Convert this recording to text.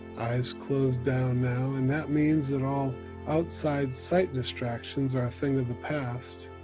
eyes closed down now and that means that all outside sight distractions are a thing of the past,